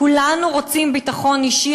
כולנו רוצים ביטחון אישי,